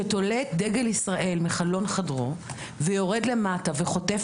שתולה את דגל ישראל בחלון חדרו ויורד למטה וחוטף